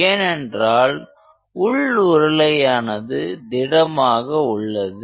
ஏனென்றால் உள் உருளையானது திடமாக உள்ளது